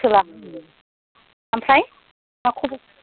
ओमफ्राय मा खबर